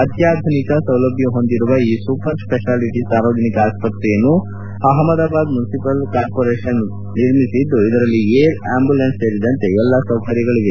ಅತ್ಯಾಧುನಿಕ ಸೌಲಭ್ಯ ಹೊಂದಿರುವ ಈ ಸೂಪರ್ ಸ್ವೆಷಾಲಿಟಿ ಸಾರ್ವಜನಿಕ ಆಸ್ಪತ್ರೆಯನ್ನು ಅಹಮದಾಬಾದ್ ಮುನಿಸಿಪಲ್ ಕಾರ್ಪೋರೇಷನ್ ನಿರ್ಮಿಸಿದ್ದು ಇದರಲ್ಲಿ ಏರ್ ಅಂಬ್ಯುಲೆನ್ಸ್ ಸೇರಿದಂತೆ ಎಲ್ಲ ಸೌಕರ್ಯಗಳು ಇವೆ